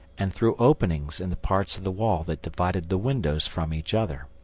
and through openings in the parts of the wall that divided the windows from each other.